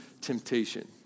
temptation